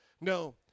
No